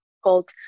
called